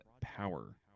Power